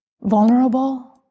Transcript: vulnerable